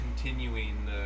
continuing